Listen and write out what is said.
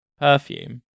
perfume